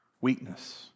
weakness